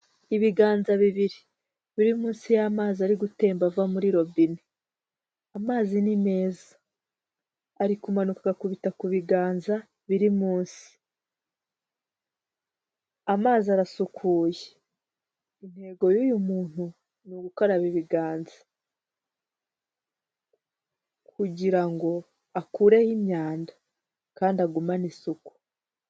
Ibiganza bibiri biri munsi y'amazi ari gutemba ava muri robine, amazi ni meza ari kumanuka agakubita ku biganza biri mu nsi, amazi arasukuye. Intego y'uyu muntu ni ugukaraba ibiganza kugira ngo akureho imyanda kandi agumane isuku.